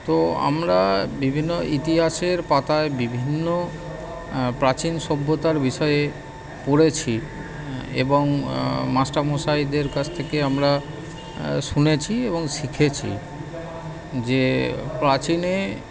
তো আমরা বিভিন্ন ইতিহাসের পাতায় বিভিন্ন প্রাচীন সভ্যতার বিষয়ে পড়েছি এবং মাস্টারমশাইদের কাছ থেকে আমরা শুনেছি এবং শিখেছি যে প্রাচীনে